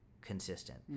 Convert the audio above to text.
consistent